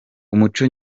umuco